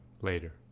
Later